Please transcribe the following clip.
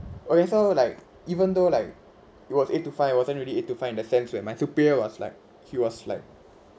okay so like even though like it was eight to five wasn't really eight to five in a sense where my superior was like he was like